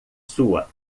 sua